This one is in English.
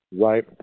Right